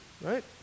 right